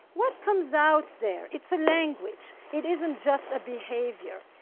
what comes out there? it's a language. it isn't just a behavior.